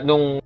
ng